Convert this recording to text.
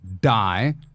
die